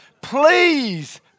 please